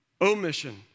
omission